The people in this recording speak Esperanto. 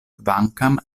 kvankam